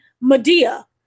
Medea